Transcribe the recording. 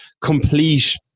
complete